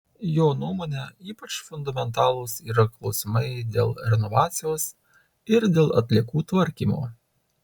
jo nuomone ypač fundamentalūs yra klausimai dėl renovacijos ir dėl atliekų tvarkymo